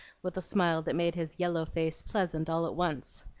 with a smile that made his yellow face pleasant all at once.